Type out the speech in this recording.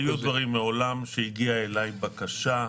היו דברים מעולם, שהגיעה אליי בקשה,